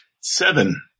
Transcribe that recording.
seven